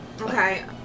Okay